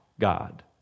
God